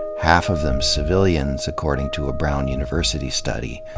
half of them civilians, according to a brown university study.